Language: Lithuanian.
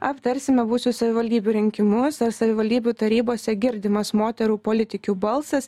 aptarsime buvusius savivaldybių rinkimus ar savivaldybių tarybose girdimas moterų politikių balsas